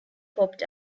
popped